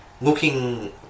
looking